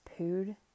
pooed